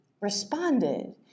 responded